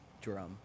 drum